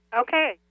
Okay